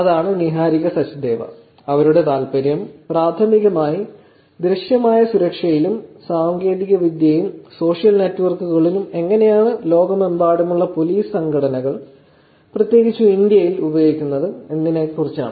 അതാണ് നിഹാരിക സച്ച്ദേവ അവരുടെ താൽപ്പര്യം പ്രാഥമികമായി ദൃശ്യമായ സുരക്ഷയിലും സാങ്കേതികവിദ്യയും സോഷ്യൽ നെറ്റ്വർക്കുകളും എങ്ങനെയാണ് ലോകമെമ്പാടുമുള്ള പോലീസ് സംഘടനകൾ പ്രത്യേകിച്ചും ഇന്ത്യയിൽ ഉപയോഗിക്കുന്നത് എന്നതിനെക്കുറിച്ചാണ്